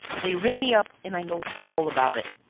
they ring me up and i know all about it!